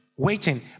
Waiting